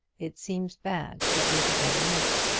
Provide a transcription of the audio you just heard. it seems bad that we should never meet.